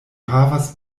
havas